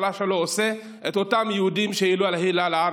שלו עושה לאותם יהודים שהוא העלה לארץ.